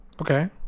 Okay